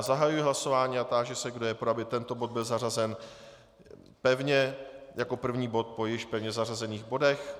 Zahajuji hlasování a táži se, kdo je pro, aby tento bod byl zařazen pevně jako první bod po již pevně zařazených bodech.